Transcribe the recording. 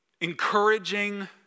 encouraging